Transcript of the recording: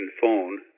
phone